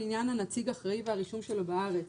על עניין הנציג האחראי והרישום שלו בארץ.